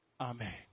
Amen